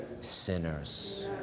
sinners